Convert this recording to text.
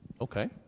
Okay